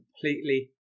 completely